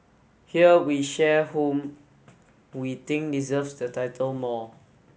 here we share whom we think deserves the title more